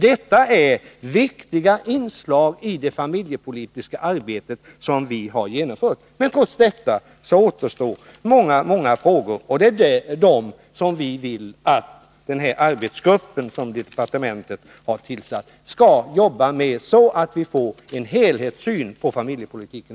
Detta är viktiga inslag i det familjepolitiska arbetet. Trots detta återstår många frågor, och det är dem som vi vill att den arbetsgrupp som nu tillsatts skall jobba med, så att vi får en helhetssyn på familjepolitiken.